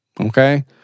okay